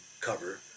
cover